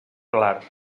clar